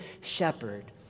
shepherd